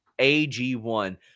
AG1